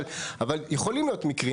אבל יכולים להיות מקרים,